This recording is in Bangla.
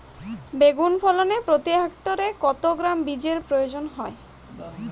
বেগুন ফলনে প্রতি হেক্টরে কত গ্রাম বীজের প্রয়োজন হয়?